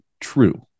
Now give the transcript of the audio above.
true